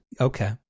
Okay